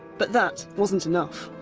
but that wasn't enough.